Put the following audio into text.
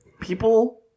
people